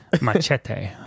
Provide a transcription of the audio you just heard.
Machete